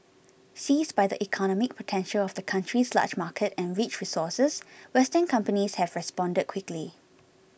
seized by the economic potential of the country's large market and rich resources Western companies have responded quickly